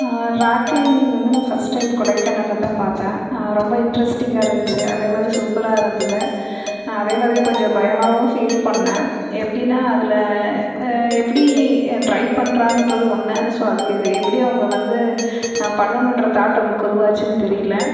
rock climbing வந்து நான் first time கொடைக்கானலில் தான் பார்த்தேன் ரொம்ப இன்ட்ரெஸ்டிங்காக இருந்துச்சு அதே மாதிரி சூப்பராக இருந்துது அதே மாதிரி கொஞ்சம் பயமாகவும் ஃபீல் பண்ணேன் எப்படின்னா அதில் எப்படி ட்ரை பண்ணுறாங்கன்றது ஒன்று ஸோ அதுக்கு இது எப்படி அவங்க வந்து பண்ணணுன்ற தாட் அவங்களுக்கு உருவாச்சின்னு தெரியல